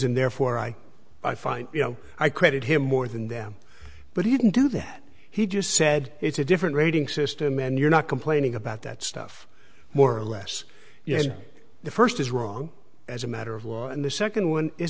and therefore i i find you know i credit him more than them but he didn't do that he just said it's a different rating system and you're not complaining about that stuff more or less yes the first is wrong as a matter of law and the second one is